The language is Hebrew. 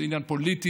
זה עניין פוליטי.